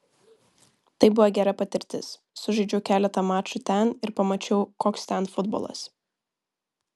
tai buvo gera patirtis sužaidžiau keletą mačų ten ir pamačiau koks ten futbolas